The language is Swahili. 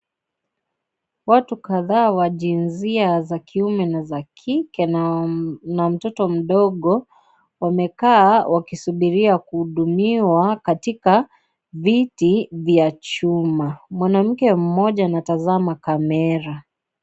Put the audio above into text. Watu kadhaa wa jinsia za kiume na za kike na mtoto mdogo wamekaa wakisubiria kuhudumiwa katika viti vya chuma, mwanamke mmoja anatazama camera .